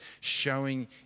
showing